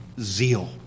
zeal